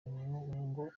ngo